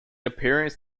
appearance